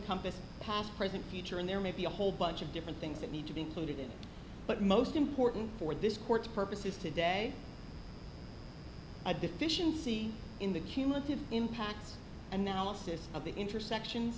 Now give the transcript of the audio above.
compassed past present future and there may be a whole bunch of different things that need to be included in but most important for this court purposes today a deficiency in the cumulative impacts analysis of the intersection